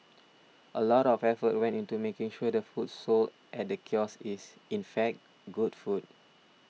a lot of effort went into making sure the food sold at the kiosk is in fact good food